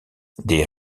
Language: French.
des